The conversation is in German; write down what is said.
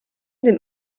den